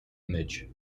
image